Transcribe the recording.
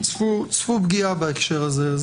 צפו פגיעה בהקשר הזה.